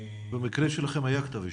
במקרה שלכם היה כתב אישום?